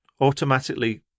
automatically